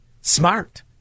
Smart